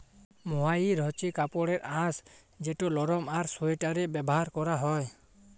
mohair হছে কাপড়ের আঁশ যেট লরম আর সোয়েটারে ব্যাভার ক্যরা হ্যয়